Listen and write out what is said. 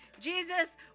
Jesus